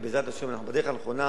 ובעזרת השם אנחנו בדרך הנכונה,